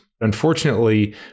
Unfortunately